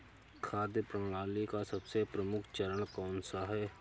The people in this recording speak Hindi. खाद्य प्रणाली का सबसे प्रमुख चरण कौन सा है?